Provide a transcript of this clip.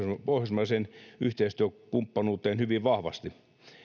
pohjoismaiseen yhteistyökumppanuuteen hyvin vahvasti